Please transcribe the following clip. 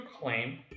claim